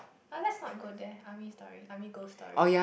ah let's not go there army stories army ghost stories